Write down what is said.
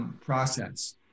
process